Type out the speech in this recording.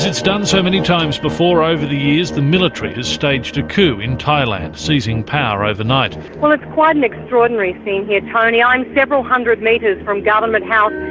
done so many times before over the years, the military has staged a coup in thailand, seizing power overnight. well, it's quite an extraordinary scene here, tony. i'm several hundred metres from government house,